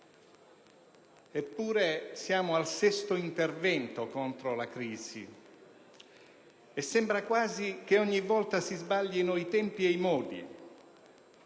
Eppure siamo al sesto intervento contro la crisi. E sembra quasi che ogni volta si sbaglino i tempi e i modi.